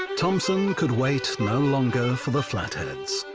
um thompson could wait no longer for the flatheads.